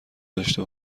داشته